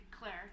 Claire